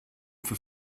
for